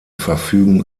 verfügen